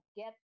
get